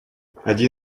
один